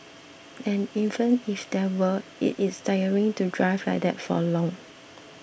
and even if there were it is tiring to drive like that for long